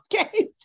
okay